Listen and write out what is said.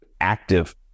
active